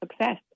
success